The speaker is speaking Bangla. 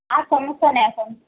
আর সমস্যা নেই এখন